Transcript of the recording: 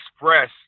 express